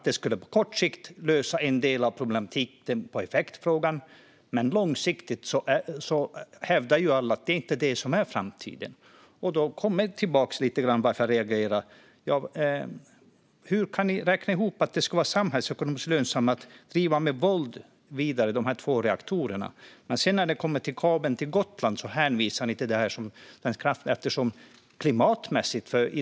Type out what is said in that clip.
De skulle på kort sikt lösa en del av problematiken kring effektfrågan, men långsiktigt är det inte så. Alla hävdar att det inte är det som är framtiden. Då kommer jag tillbaka lite grann till varför jag reagerar. Hur räknar ni ut att det är samhällsekonomiskt lönsamt att med våld driva vidare dessa två reaktorer? När det gäller kabeln till Gotland hänvisar ni till Svenska kraftnät.